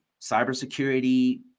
cybersecurity